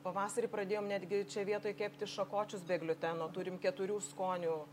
pavasarį pradėjom netgi čia vietoj kepti šakočius be gliuteno turim keturių skonių